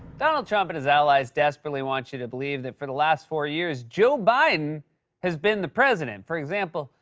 donald trump and his allies desperately want you to believe that, for the last four years, joe biden has been the president. for example,